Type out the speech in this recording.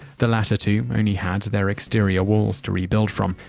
the latter two only had their exterior walls to rebuild from,